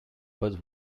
but